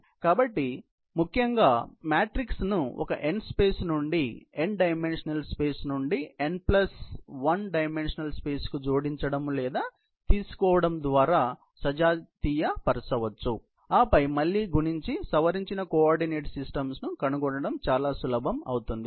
కాబట్టి ప్రాథమికంగా మాతృకను ఒక n స్పేస్ నుండి n డైమెన్షనల్ స్పేస్ నుండి n ప్లస్ 1 డైమెన్షనల్ స్పేస్ కు జోడించడం లేదా తీసుకోవడం ద్వారా సజాతీయపరచవచ్చు ఆపై మళ్ళీ గుణించి సవరించిన కోఆర్డినేట్ సిస్టమ్స్ ను కనుగొనడం చాలా సులభం అవుతుంది